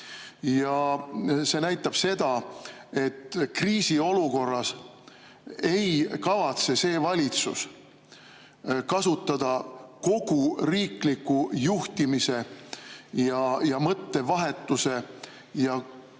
See näitab seda, et kriisiolukorras ei kavatse see valitsus kasutada kogu riikliku juhtimise ja mõttevahetuse ja